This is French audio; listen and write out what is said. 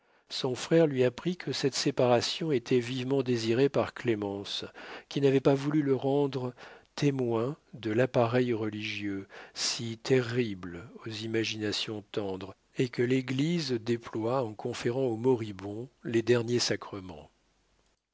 son frère lui apprit que cette séparation était vivement désirée par clémence qui n'avait pas voulu le rendre témoin de l'appareil religieux si terrible aux imaginations tendres et que l'église déploie en conférant aux moribonds les derniers sacrements